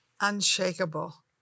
Unshakable